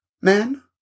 man